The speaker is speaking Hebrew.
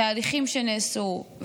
תהליכים שנעשו.